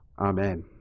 amen